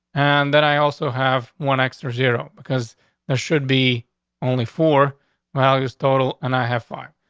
and then i also have one extra zero because there should be only four values total. and i have fun.